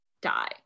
die